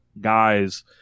guys